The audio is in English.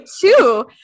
Two